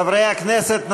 חברי הכנסת,